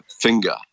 finger